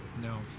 No